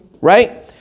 Right